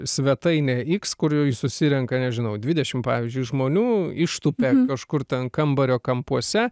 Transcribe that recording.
svetainę iks kurioj susirenka nežinau dvidešim pavyzdžiui žmonių ištupia kažkur ten kambario kampuose